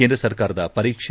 ಕೇಂದ್ರ ಸರ್ಕಾರದ ಪರೀಕ್ಷೆ